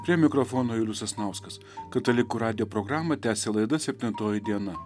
prie mikrofono julius sasnauskas katalikų radijo programą tęsia laida septintoji diena